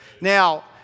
Now